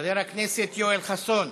חבר הכנסת יואל חסון,